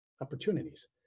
opportunities